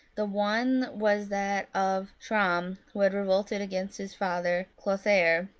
the one was that of chramm, who had revolted against his father clothaire,